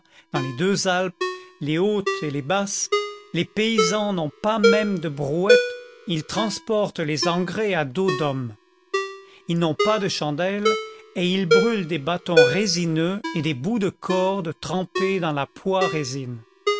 dans les deux alpes les hautes et les basses les paysans n'ont pas même de brouettes ils transportent les engrais à dos d'hommes ils n'ont pas de chandelles et ils brûlent des bâtons résineux et des bouts de corde trempés dans la poix résine